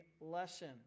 lesson